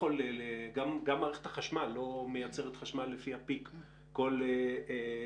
גם מערכת החשמל לא מייצרת חשמל לפי הפיק כל הזמן,